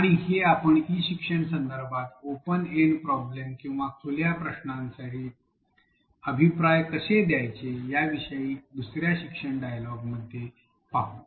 आणि हे आपण ई शिक्षण संदर्भात ओपन एंडेड प्रॉब्लम्स किंवा खुल्या प्रश्नांसाठी अभिप्राय कसे द्यायचे यासंबंधी दुसर्या शिक्षण डायलॉग मध्ये पाहू